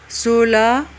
सोह्र